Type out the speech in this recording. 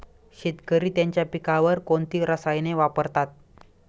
शेतकरी त्यांच्या पिकांवर कोणती रसायने वापरतात?